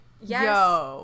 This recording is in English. yes